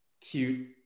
cute